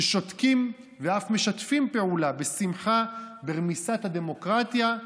ששותקים ואף משתפים פעולה בשמחה ברמיסת הדמוקרטיה,